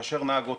מאשר נהג אוטובוס.